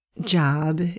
job